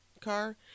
car